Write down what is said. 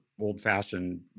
old-fashioned